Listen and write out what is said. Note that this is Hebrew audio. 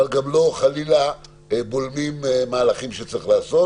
אבל גם לא חלילה בולמים מהלכים שצריך לעשות.